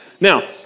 Now